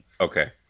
Okay